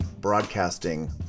broadcasting